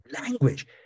language